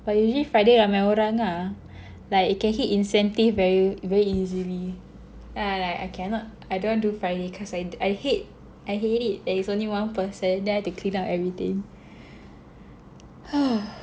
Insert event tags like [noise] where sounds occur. but usually Friday ramai orang ah like it can hit incentive very very easily then I like I cannot I don't want do Friday cause I I hate I hate it that is only one person then I've to clean up everything [breath]